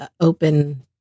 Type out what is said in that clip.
open